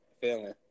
feeling